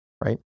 right